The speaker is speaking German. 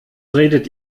redet